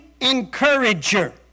encourager